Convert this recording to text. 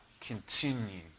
Continue